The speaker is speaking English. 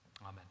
Amen